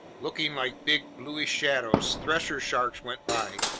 looking like big bluish shadows, thresher sharks went by,